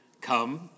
come